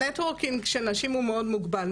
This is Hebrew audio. הנטוורקינג של נשים הוא מאוד מוגבל.